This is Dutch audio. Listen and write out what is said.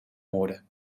hoorde